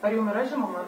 ar jum yra žinoma